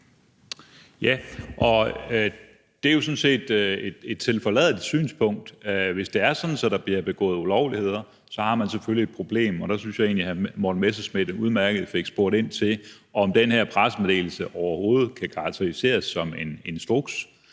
(DF): Det er jo sådan set et tilforladeligt synspunkt: Hvis det er sådan, at der bliver begået ulovligheder, så har man selvfølgelig et problem. Og der synes jeg egentlig, hr. Morten Messerschmidt fik spurgt udmærket ind til, om den her pressemeddelelse overhovedet kan karakteriseres som en instruks.